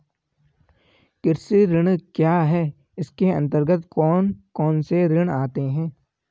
कृषि ऋण क्या है इसके अन्तर्गत कौन कौनसे ऋण आते हैं?